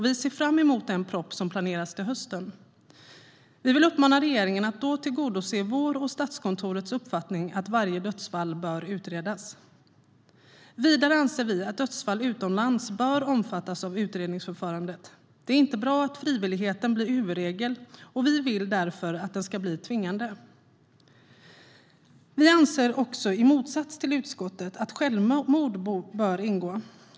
Vi ser fram emot den proposition som planeras till hösten. Vi vill uppmana regeringen att då tillgodose vår och Statskontorets uppfattning om att varje dödsfall bör utredas. Vidare anser vi att dödsfall utomlands bör omfattas av utredningsförfarandet. Det är inte bra att frivilligheten blir huvudregel. Vi vill därför att lagen ska bli tvingande. Vi anser också, i motsats till utskottet, att självmord bör ingå.